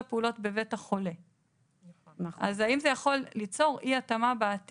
פעולות נוספות בבית המטופל שאנחנו נרצה בעתיד